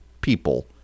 people